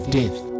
death